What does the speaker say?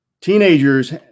Teenagers